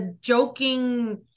joking